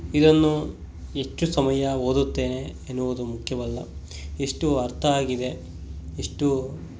ಇದನ್ನು ಎಷ್ಟು ಸಮಯ ಓದುತ್ತೇನೆ ಎನ್ನುವುದು ಮುಖ್ಯವಲ್ಲ ಎಷ್ಟು ಅರ್ಥ ಆಗಿದೆ ಎಷ್ಟು